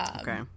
Okay